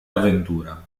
avventura